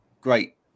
great